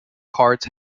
cards